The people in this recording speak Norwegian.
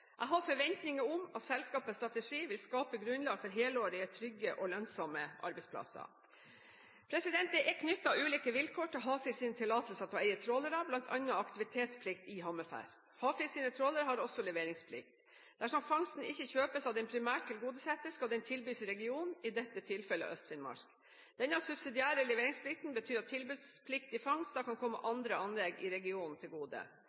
Jeg har forventning til at selskapets strategi vil skape grunnlag for helårige, trygge og lønnsomme arbeidsplasser. Det er knyttet ulike vilkår til Havfisk sine tillatelser til å eie trålere, bl.a. aktivitetsplikt i Hammerfest. Havfisk sine trålere har også leveringsplikt. Dersom fangsten ikke kjøpes av den primært tilgodesette, skal den tilbys regionen, i dette tilfellet Øst-Finnmark. Denne subsidiære leveringsplikten betyr at tilbudspliktig fangst da kan komme andre anlegg i regionen til gode.